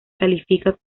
califica